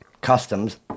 customs